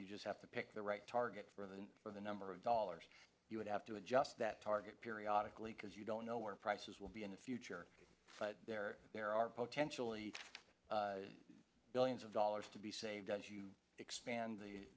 you just have to pick the right target for than for the number of dollars you would have to adjust that target periodically because you don't know where prices will be in the future there are potentially billions of dollars to be saved as you expand the